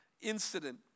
incident